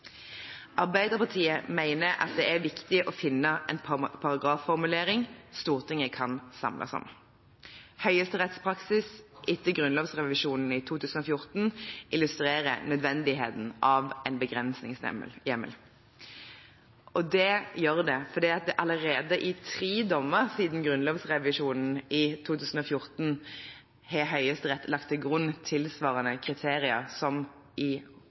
Arbeiderpartiet mener at det er viktig å finne en paragrafformulering Stortinget kan samles om. Høyesterettspraksis etter grunnlovsrevisjonen i 2014 illustrerer nødvendigheten av en begrensningshjemmel. For allerede i tre dommer siden grunnlovsrevisjonen i 2014 har Høyesterett lagt til grunn tilsvarende kriterier som i